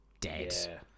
dead